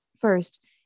First